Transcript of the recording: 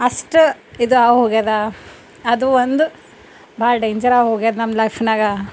ಅಷ್ಟು ಇದು ಆಗೋಗ್ಯದ ಅದು ಒಂದು ಭಾಳ ಡೇಂಜಾರಾಗಿ ಹೋಗ್ಯದ ನಮ್ಮ ಲೈಫ್ನಾಗ